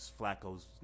Flacco's